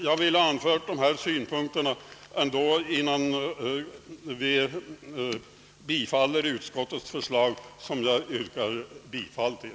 Jag har velat anföra dessa synpunkter innan vi tar ställning till utskottets förslag som jag härmed yrkar bifall till.